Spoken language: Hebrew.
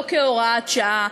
לא כהוראת שעה,